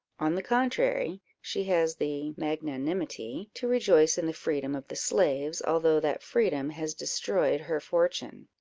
on the contrary, she has the magnanimity to rejoice in the freedom of the slaves, although that freedom has destroyed her fortune.